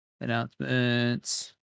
Announcements